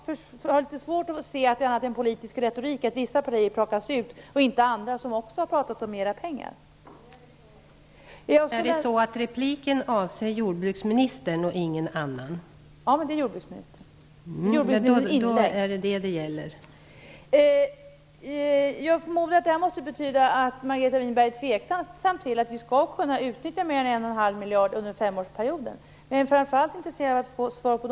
Jag har litet svårt att se att det är något annat än politisk retorik att vissa partier plockas ut medan andra som också har pratat om mera pengar inte gör det. Jag skulle ...